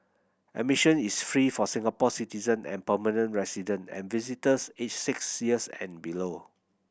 admission is free for Singapore citizen and permanent resident and visitors aged six years and below